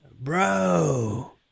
Bro